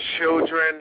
children